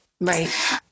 Right